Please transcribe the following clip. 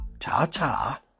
Ta-ta